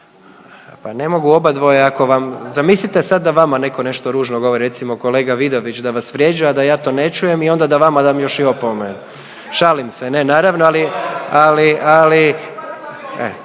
Pa ne mogu obadvoje ako vam, zamislite sad da vama netko nešto ružno govori, recimo, kolega Vidović da vas vrijeđa, a ja to ne čujem i onda da vama dam još i opomenu. Šalim se, ne, naravno, ali, ali